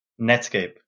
Netscape